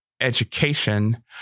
education